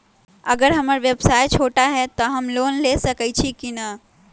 अगर हमर व्यवसाय छोटा है त हम लोन ले सकईछी की न?